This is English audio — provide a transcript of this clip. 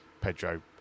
Pedro